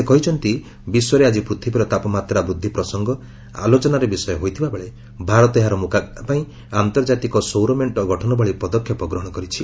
ସେ କହିଛନ୍ତି ବିଶ୍ୱରେ ଆଜି ପୃଥିବୀର ତାପମାତ୍ରା ବୂଦ୍ଧି ପ୍ରସଙ୍ଗ ଆଲୋଚନାର ବିଷୟ ହୋଇଥିବାବେଳେ ଭାରତ ଏହାର ମୁକାବିଲା ପାଇଁ ଆର୍ନ୍ତଜାତିକ ସୌର ମେଣ୍ଟ ଗଠନ ଭଳି ପଦକ୍ଷେପ ଗ୍ରହଣ କରିଛି